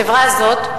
החברה הזאת,